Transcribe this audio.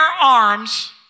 arms